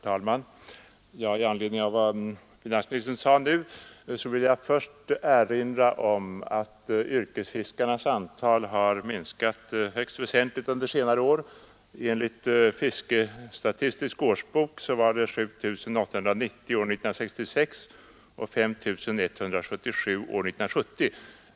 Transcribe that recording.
Herr talman! I anledning av vad finansministern sade vill jag bekräfta att yrkesfiskarnas antal har minskat högst väsentligt under senare år. Enligt fiskestatistisk årsbok var de 7 890 år 1966 och 5 177 år 1970.